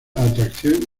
atracción